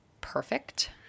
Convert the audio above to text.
perfect